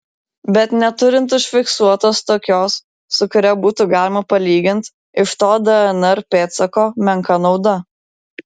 bet neturint užfiksuotos tokios su kuria būtų galima palyginti iš to dnr pėdsako menka nauda